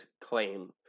claim